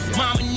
mama